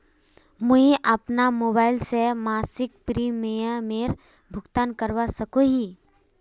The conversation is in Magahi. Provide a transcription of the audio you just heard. मुई अपना मोबाईल से मासिक प्रीमियमेर भुगतान करवा सकोहो ही?